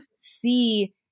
see